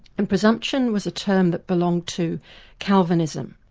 and presumption was a term that belonged to calvinism.